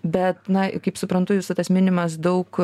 bet na kaip suprantu jūsų tas minimas daug